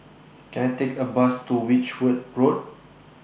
Can I Take A Bus to Which Wood Road